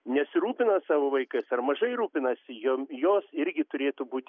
nesirūpina savo vaikais ar mažai rūpinasi jom jos irgi turėtų būti